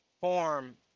form